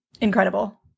incredible